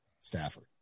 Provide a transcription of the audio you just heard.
Stafford